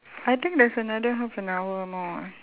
I think there's another half an hour more